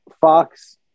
Fox